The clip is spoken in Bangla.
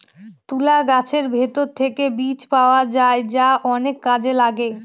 তুলা গাছের ভেতর থেকে বীজ পাওয়া যায় যা অনেক কাজে লাগে